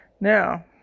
Now